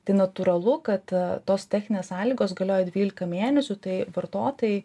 tai natūralu kad tos techninės sąlygos galioja dvylika mėnesių tai vartotojai